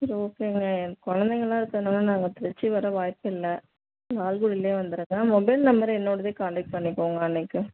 சரி ஓகேங்க எனக் குழந்தைங்களா இருக்கிறதுனால நாங்கள் திருச்சி வர வாய்ப்பில்லை லால்குடிலே வந்துடுங்க மொபைல் நம்பர் என்னோடதே கான்டெக்ட் பண்ணிக்கோங்க அன்றைக்கு